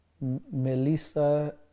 Melissa